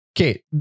okay